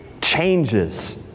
changes